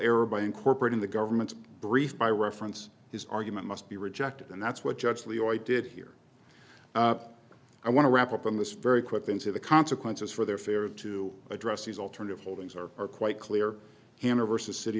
error by incorporating the government's brief by reference his argument must be rejected and that's what judge leo i did hear i want to wrap up on this very quick into the consequences for their fair to address these alternative holdings or are quite clear him averse a city